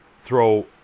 Throw